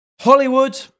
Hollywood